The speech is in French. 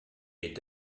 est